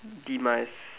demise